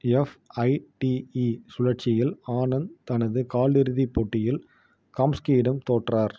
FIDE சுழற்சியில் ஆனந்த் தனது காலிறுதிப் போட்டியில் காம்ஸ்கியிடம் தோற்றார்